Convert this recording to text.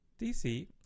DC